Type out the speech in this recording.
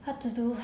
what to do